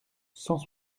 cent